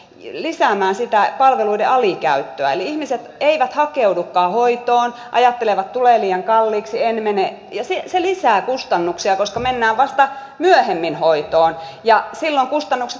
lisäämään sitä palveluiden alikäyttöä eli ihmiset eivät hakeudukaan hoitoon ajattelevat tulee liian kalliiksi enemmän ja se selittää kustannuksia koska mennään vasta myöhemmin hoitoon arvoisa rouva puhemies